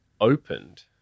opened